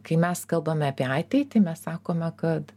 kai mes kalbame apie ateitį mes sakome kad